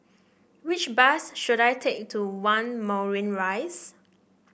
which bus should I take to One Moulmein Rise